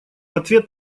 ответ